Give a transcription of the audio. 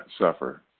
suffer